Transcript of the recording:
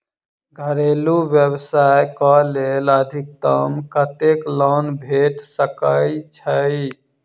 घरेलू व्यवसाय कऽ लेल अधिकतम कत्तेक लोन भेट सकय छई?